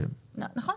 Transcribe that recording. נכון.